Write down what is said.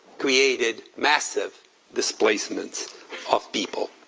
created massive displacements of people.